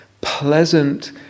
pleasant